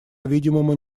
видимому